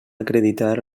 acreditar